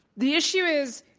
the issue is,